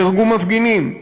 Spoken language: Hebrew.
נהרגו מפגינים.